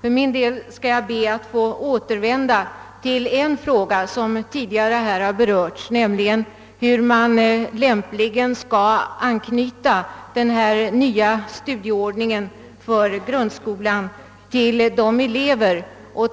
Jag vill för min del återvända till en fråga som tidigare berörts, nämligen hur man lämpligen skall anpassa den nya studieordningen för grundskolan till de praktiskt lagda